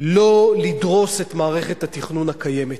לא לדרוס את מערכת התכנון הקיימת.